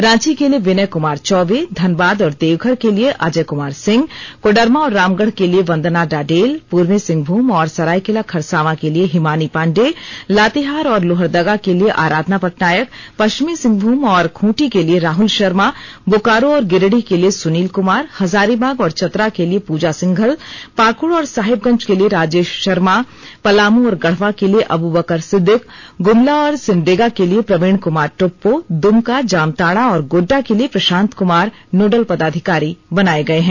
रांची के लिए विनय कमार चौबे धनबाद और देवघर के लिए अजय कमार सिंह कोडरमा और रामगढ़ के लिए वंदना डाडेल पूर्वी सिंहभूम और सरायकेला खरसांवा के लिए हिमानी पांडेय लातेहार और लोहरदगा के लिए आराधना पटनायक पश्चिमी सिंहभूमम औ खूंटी के लिए राहल शर्मा बोकारो और गिरिडीह के लिए सुनील कुमार हजारीबाग और चतरा के लिए पूजा सिंघल पाक्ड़ और साहेबगंज के लिए राजेश शर्मा पलामू और गढ़वा के लिए अबुबकर सिद्दीक गुमला और सिमडेगा के लिए प्रवीण कुमार टौप्पो दुमका जामताड़ा और गोड्डा के लिए प्रशांत कुमार नोडल पदाधिकारी बनाए गए हैं